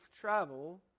travel